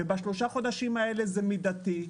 בשלושה החודשים האלה זה מידתי.